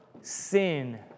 sin